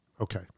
Okay